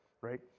right